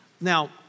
Now